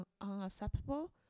unacceptable